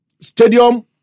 stadium